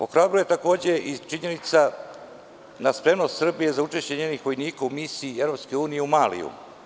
Ohrabruje i činjenica o spremnosti Srbije za učešće njenih vojnika u Misiji EU u Maliju.